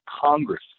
Congress